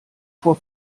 vor